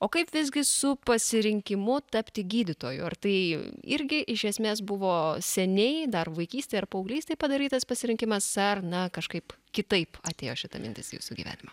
o kaip visgi su pasirinkimu tapti gydytoju ar tai irgi iš esmės buvo seniai dar vaikystėj ar paauglystėj padarytas pasirinkimas ar na kažkaip kitaip atėjo šita mintis į jūsų gyvenimą